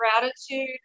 gratitude